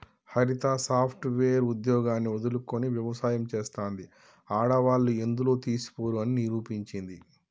హరిత software ఉద్యోగాన్ని వదులుకొని వ్యవసాయం చెస్తాంది, ఆడవాళ్లు ఎందులో తీసిపోరు అని నిరూపించింది